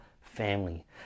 family